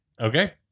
Okay